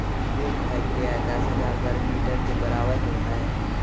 एक हेक्टेयर दस हजार वर्ग मीटर के बराबर होय हय